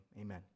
amen